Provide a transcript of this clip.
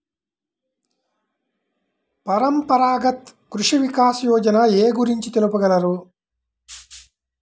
పరంపరాగత్ కృషి వికాస్ యోజన ఏ గురించి తెలుపగలరు?